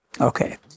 Okay